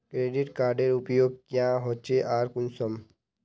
Credit कार्डेर उपयोग क्याँ होचे आर कुंसम?